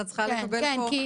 את צריכה לקבל פה,